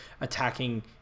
attacking